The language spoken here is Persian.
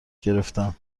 گرفتم